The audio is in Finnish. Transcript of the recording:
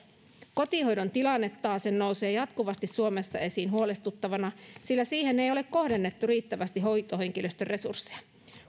kotihoidon tilanne taasen nousee jatkuvasti suomessa esiin huolestuttavana sillä siihen ei ole kohdennettu riittävästi hoitohenkilöstön resursseja